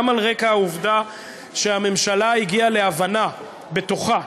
גם על רקע העובדה שהממשלה הגיעה להבנה בתוכה.